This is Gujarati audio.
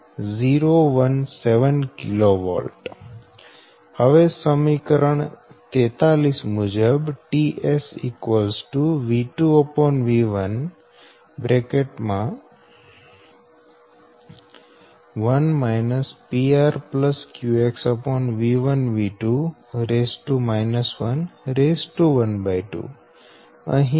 017 kV હવે સમીકરણ 43 મુજબ ts |V2||V1| 1 PR QX|V1| |V2| 112 અહી|V2||V1|1